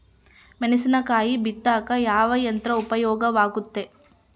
ಮೆಣಸಿನಕಾಯಿ ಬಿತ್ತಾಕ ಯಾವ ಯಂತ್ರ ಉಪಯೋಗವಾಗುತ್ತೆ?